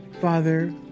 Father